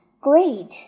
great